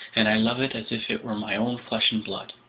and i love it as if it were my own flesh and blood!